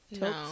No